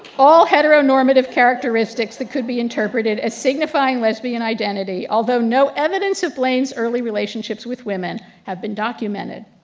all heteronormative characteristics that could be interpreted as signifying lesbian identity, although no evidence of blaine's early relationships with women have been documented.